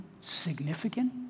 significant